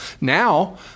Now